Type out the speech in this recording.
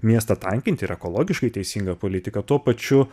miestą tankinti ir ekologiškai teisinga politika tuo pačiu